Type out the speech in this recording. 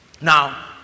Now